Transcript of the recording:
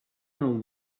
know